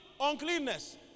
uncleanness